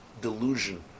delusion